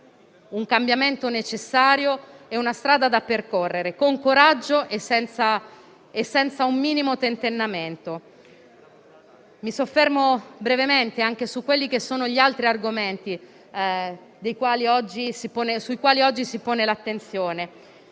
un cambiamento necessario ed una strada da percorrere con coraggio e senza un minimo tentennamento. Mi soffermo brevemente anche su altri argomenti sui quali oggi si pone l'attenzione: